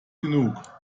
genug